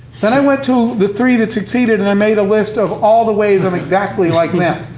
then i went to the three that succeeded, and i made a list of all the ways i'm exactly like them.